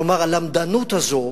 כלומר הלמדנות הזאת